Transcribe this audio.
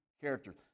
character